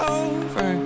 over